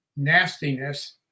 nastiness